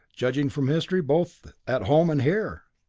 judging from history both at home and here.